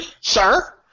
sir